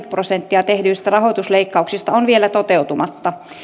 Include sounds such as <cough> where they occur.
<unintelligible> prosenttia tehdyistä rahoitusleikkauksista on vielä toteutumatta